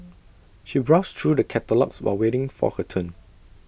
she browsed through the catalogues while waiting for her turn